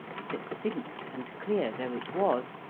succinct and clear though it was,